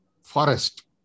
forest